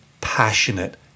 passionate